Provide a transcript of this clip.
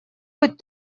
быть